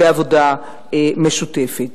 בעבודה משותפת.